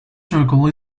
circle